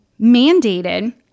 mandated